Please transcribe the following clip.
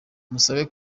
musabe